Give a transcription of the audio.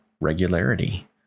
Regularity